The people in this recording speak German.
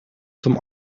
zum